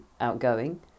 outgoing